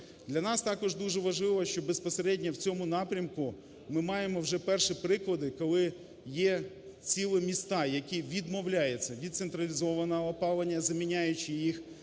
Для нас також дуже важливо, що безпосередньо в цьому напрямку ми маємо вже перші приклади, коли є цілі міста, які відмовляються від централізованого опалення, замінюючи